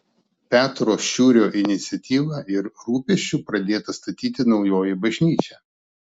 petro šiurio iniciatyva ir rūpesčiu pradėta statyti naujoji bažnyčia